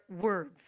words